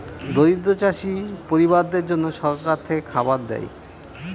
দরিদ্র চাষী পরিবারদের জন্যে সরকার থেকে খাবার দেয়